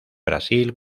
brasil